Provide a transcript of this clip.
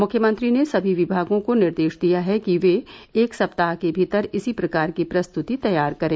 मुख्यमंत्री ने सभी विभागों को निर्देश दिया है कि वे एक सप्ताह के भीतर इसी प्रकार की प्रस्तुति तैयार करें